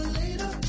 later